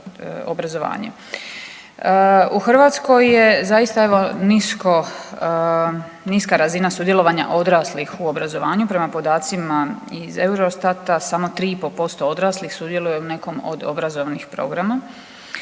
U Hrvatskoj je zaista evo nisko, niska razina sudjelovanja odraslih u obrazovanju. Prema podacima iz Eurostata samo 3,5% odraslih sudjeluje u nekom od obrazovnih programa.